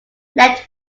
let